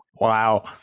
Wow